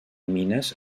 mines